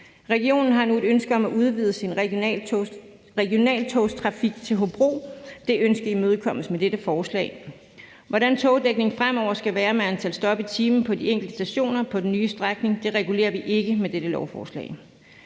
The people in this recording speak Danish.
Regionen har nu et ønske om at udvide sin regionaltogstrafik til Hobro. Det ønske imødekommes med dette forslag. Hvordan togdækningen fremover skal være med antal stop i timen på de enkelte stationer på den nye strækning regulerer vi ikke med dette lovforslag.